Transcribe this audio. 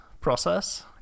process